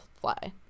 fly